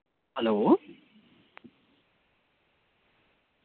hello